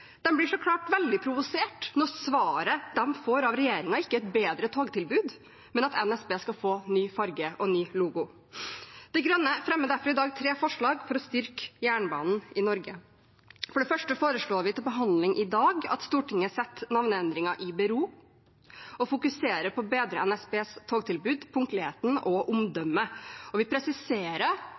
blir så klart veldig provosert når svaret de får fra regjeringen, ikke er et bedre togtilbud, men at NSB skal få ny farge og ny logo. De Grønne fremmer derfor i dag tre forslag for å styrke jernbanen i Norge. For det første foreslår vi til behandling i dag at Stortinget ber regjeringen sette navneendringen i bero og fokuserer på å bedre NSBs togtilbud, punktlighet og omdømme. Vi presiserer